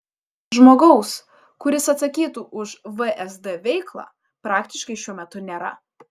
žmogaus kuris atsakytų už vsd veiklą praktiškai šiuo metu nėra